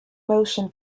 motion